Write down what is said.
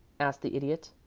asked the idiot.